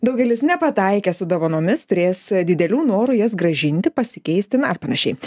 daugelis nepataikė su dovanomis turės didelių norų jas grąžinti pasikeisti na ar panašiai